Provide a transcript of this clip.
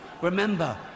Remember